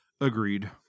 Agreed